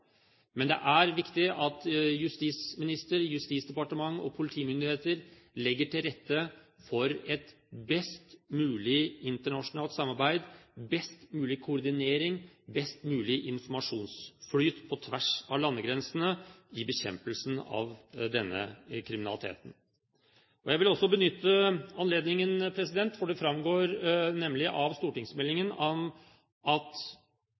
men det er viktig at justisministeren, Justisdepartementet og politimyndighetene legger til rette for et best mulig internasjonalt samarbeid, en best mulig koordinering og en best mulig informasjonsflyt på tvers av landegrensene i bekjempelsen av denne kriminaliteten. Jeg vil også benytte anledningen til å si, og det framgår av stortingsmeldingen, at